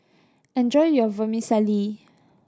enjoy your Vermicelli